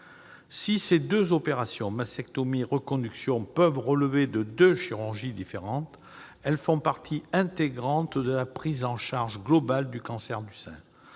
Si ces deux opérations, mastectomie et reconstruction, peuvent relever de deux chirurgies différentes, elles font partie intégrante de la prise en charge globale du cancer du sein.